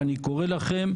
ואני קורא לכם,